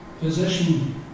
position